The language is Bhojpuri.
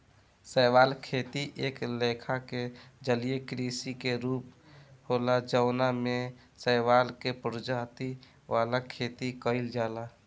शैवाल खेती एक लेखा के जलीय कृषि के रूप होला जवना में शैवाल के प्रजाति वाला खेती कइल जाला